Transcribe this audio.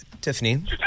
Tiffany